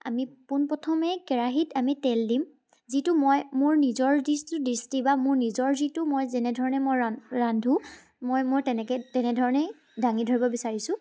আমি পোনপ্ৰথমেই কেৰাহিত আমি তেল দিম যিটো মই মোৰ নিজৰ যিটো দৃষ্টি বা নিজৰ যিটো মই যেনেধৰণে মই ৰা ৰান্ধো মই মোৰ তেনেকৈয়ে তেনেধৰণেই দাঙি ধৰিব বিচাৰিছোঁ